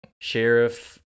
Sheriff